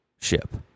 ship